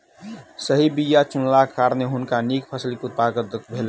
सही बीया चुनलाक कारणेँ हुनका नीक फसिलक उत्पादन भेलैन